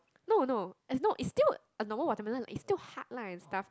no no it's no is still a normal watermelon is still hard lah and stuff